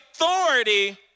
authority